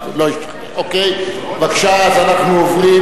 אנחנו עוברים